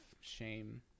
shame